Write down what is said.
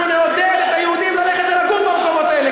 אנחנו נעודד את היהודים ללכת ולגור במקומות האלה,